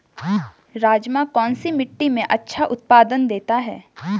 राजमा कौन सी मिट्टी में अच्छा उत्पादन देता है?